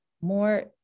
more